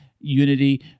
unity